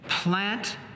plant